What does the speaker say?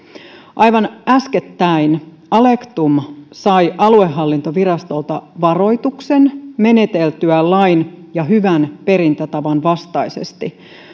aivan äskettäin alektum sai aluehallintovirastolta varoituksen meneteltyään lain ja hyvän perintätavan vastaisesti